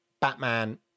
Batman